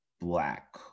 black